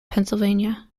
pennsylvania